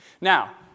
Now